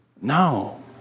No